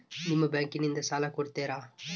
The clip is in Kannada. ನಿಮ್ಮ ಬ್ಯಾಂಕಿನಿಂದ ಸಾಲ ಕೊಡ್ತೇರಾ?